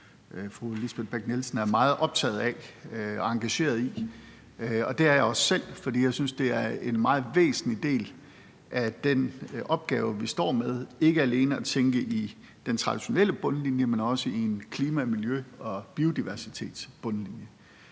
fru Lisbeth Bech-Nielsen er meget optaget af og engageret i. Og det er jeg også selv, fordi jeg synes, det er en meget væsentlig del af den opgave, vi står med, ikke alene at tænke i den traditionelle bundlinje, men også i en klima-, miljø- og biodiversitetsbundlinje.